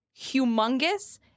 humongous